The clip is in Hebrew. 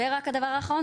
ורק הדבר האחרון,